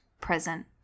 present